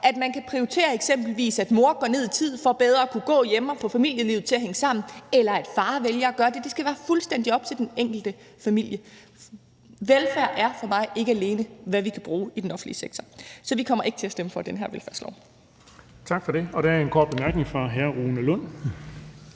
kan prioritere, at mor går ned i tid for bedre at kunne gå hjemme og få familielivet til at hænge sammen, eller at far vælger at gøre det. Det skal være fuldstændig op til den enkelte familie. Velfærd er for mig ikke alene, hvad vi kan bruge i den offentlige sektor. Så vi kommer ikke til at stemme for den her velfærdslov. Kl. 13:08 Den fg. formand (Erling Bonnesen):